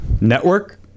Network